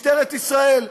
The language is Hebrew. משטרת ישראל.